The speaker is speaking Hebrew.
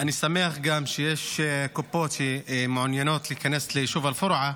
אני גם שמח שיש קופות שמעוניינות להיכנס ליישוב אל-פורעה